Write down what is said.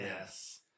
yes